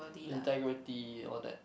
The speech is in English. integrity all that